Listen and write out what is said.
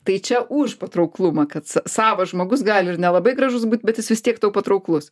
tai čia už patrauklumą kad savas žmogus gali ir nelabai gražus būt bet jis vis tiek tau patrauklus